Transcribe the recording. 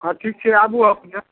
हँ ठीक छै आबू अपने